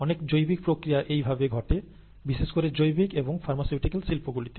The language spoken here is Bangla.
অনেক জৈবিক প্রক্রিয়া এই ভাবে ঘটে বিশেষ করে জৈবিক এবং ফার্মাসিটিক্যাল শিল্পগুলিতে